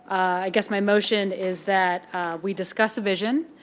i guess my motion is that we discuss a vision,